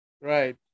right